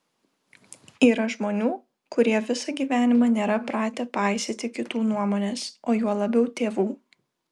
yra žmonių kurie visą gyvenimą nėra pratę paisyti kitų nuomonės o juo labiau tėvų